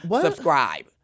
subscribe